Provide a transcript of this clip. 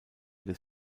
des